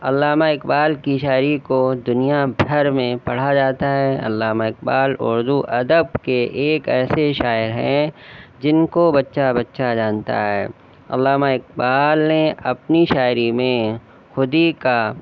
علامہ اقبال کی شاعری کو دنیا بھر میں پڑھا جاتا ہے علامہ اقبال اردو ادب کے ایک ایسے شاعر ہیں جن کو بچہ بچہ جانتا ہے علامہ اقبال نے اپنی شاعری میں خودی کا